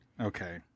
Okay